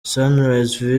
sunrise